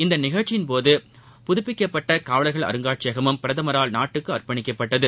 இந்த நிகழ்ச்சியின்போது புதுப்பிக்கப்பட்ட காவலர்கள் அருங்காட்சியகமும் பிரதமரால் நாட்டுக்கு அர்ப்பணிக்கப்பட்டது